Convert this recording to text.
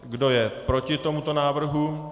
Kdo je proti tomuto návrhu?